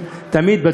תמיד,